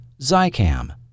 Zycam